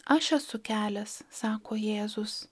aš esu kelias sako jėzus